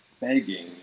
begging